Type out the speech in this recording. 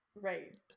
Right